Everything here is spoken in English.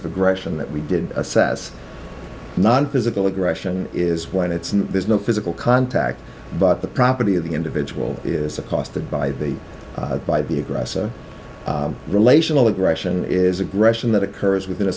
of aggression that we did assess non physical aggression is when it's not there's no physical contact but the property of the individual is a cost and by the by the aggressor relational aggression is aggression that occurs within a